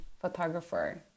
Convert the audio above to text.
photographer